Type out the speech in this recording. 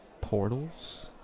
Portals